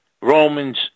Romans